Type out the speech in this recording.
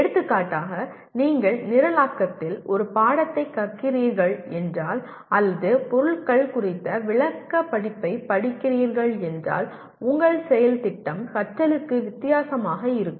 எடுத்துக்காட்டாக நீங்கள் நிரலாக்கத்தில் ஒரு பாடத்தை கற்கிறீர்கள் என்றால் அல்லது பொருட்கள் குறித்த விளக்கப் படிப்பைப் படிக்கிறீர்கள் என்றால் உங்கள் செயல் திட்டம் கற்றலுக்கு வித்தியாசமாக இருக்கும்